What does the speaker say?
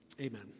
Amen